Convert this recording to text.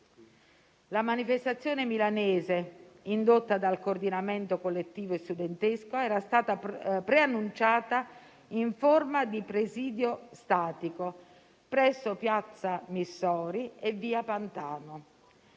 La manifestazione milanese, indotta dal coordinamento collettivo e studentesco, era stata preannunciata in forma di presidio statico presso piazza Missori e via Pantano.